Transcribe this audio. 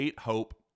Hope